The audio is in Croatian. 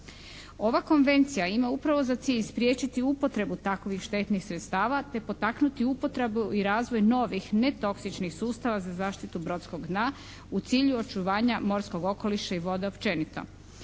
Ova konvencija ima upravo za cilj spriječiti upotrebu takovih štetnih sredstava te potaknuti upotrebu i razvoj novih netoksičnih sustava za zaštitu brodskog dna u cilju očuvanja morskog okoliša i vode općenito.